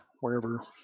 wherever